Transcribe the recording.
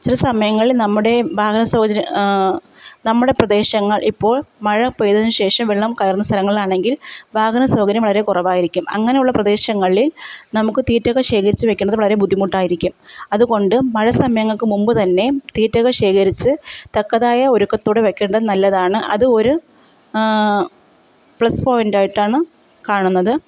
ചില സമയങ്ങളിൽ നമ്മുടെ വാഹന സൗചര്യം നമ്മുടെ പ്രദേശങ്ങൾ ഇപ്പോൾ മഴ പെയ്തതിനു ശേഷം വെള്ളം കയറുന്ന സ്ഥലങ്ങളിലാണെങ്കിൽ വാഹനസൗകര്യം വളരെ കുറവായിരിക്കും അങ്ങനെയുള്ള പ്രദേശങ്ങളിൽ നമുക്ക് തീറ്റകള് ശേഖരിച്ചു വയ്ക്കണത് വളരെ ബുദ്ധിമുട്ടായിരിക്കും അതുകൊണ്ട് മഴ സമയങ്ങൾക്ക് മുമ്പ് തന്നെ തീറ്റകള് ശേഖരിച്ച് തക്കതായ ഒരുക്കത്തോടെ വയ്ക്കേണ്ടത് നല്ലതാണ് അത് ഒരു പ്ലസ് പോയിൻറ്റായിട്ടാണ് കാണുന്നത്